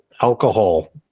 alcohol